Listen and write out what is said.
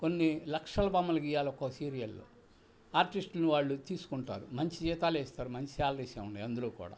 కొన్ని లక్షల బొమ్మలు గీయ్యాలి ఒక్కో సీరియల్లో ఆర్టిస్ట్ని వాళ్ళు తీసుకుంటారు మంచి జీతాలే ఇస్తారు మంచి శాలరీసే ఉన్నాయి అందులో కూడా